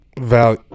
Value